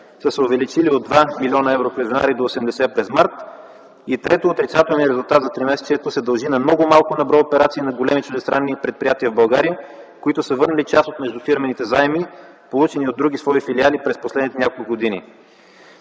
са се увеличили от 2 млн. евро през м. януари до 80 през м. март. И трето, отрицателният резултат за тримесечието се дължи на много малко на брой операции на големи чуждестранни предприятия в България, които са върнали част от междуфирмените заеми, получени от други свои филиали през последните няколко години.